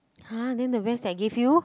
!huh! then the rest that I gave you